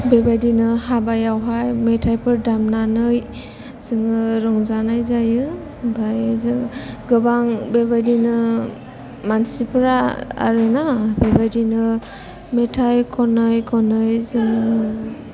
बेबायदिनो हाबायावहाय मेथायफोर दामनानै जों रंजानाय जायो ओमफ्राय जों गोबां बेबायदिनो मानसिफोरा आरो ना बेबायदिनो मेथाय खनै खनै जों